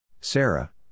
Sarah